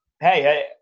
hey